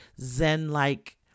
zen-like